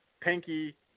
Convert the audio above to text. Pinky